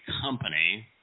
company